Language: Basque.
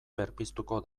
berpiztuko